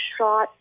shot